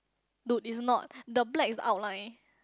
dude is not the black is outline